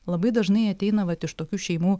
labai dažnai ateina vat iš tokių šeimų